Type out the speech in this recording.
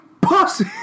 Pussy